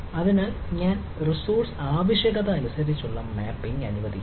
അതിനാൽ ഞാൻ റിസോഴ്സ് ആവശ്യകത അനുസരിച്ചുള്ള മാപ്പിംഗ് അനുവദിക്കണം